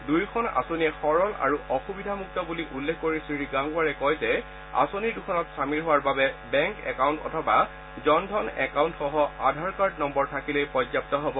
দুয়োখন আঁচনিয়ে সৰল আৰু অসুবিধামুক্ত বুলি উল্লেখ কৰি শ্ৰী গাংৱাৰে কয় যে আঁচনি দুখনত চামিল হোৱাৰ বাবে বেংক একাউণ্ট অথবা জন ধন একাউণ্ট সহ আধাৰ কাৰ্ড নম্বৰ থাকিলেই পৰ্যাপ্ত হ'ব